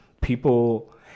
people